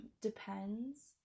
depends